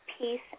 peace